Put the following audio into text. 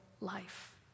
life